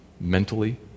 mentally